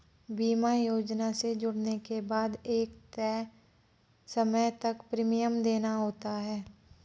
बीमा योजना से जुड़ने के बाद एक तय समय तक प्रीमियम देना होता है